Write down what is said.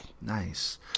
Nice